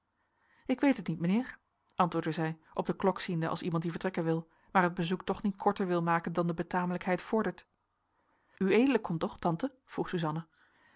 ik weet het niet mijnheer antwoordde zij op de klok ziende als iemand die vertrekken wil maar het bezoek toch niet korter wil maken dan de betamelijkheid vordert ued komt toch tante